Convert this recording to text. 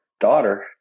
daughter